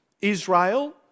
Israel